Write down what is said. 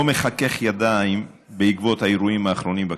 לא מחכך ידיים בעקבות האירועים האחרונים בכנסת.